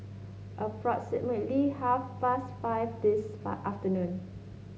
approximately half past five this afternoon